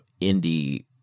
indie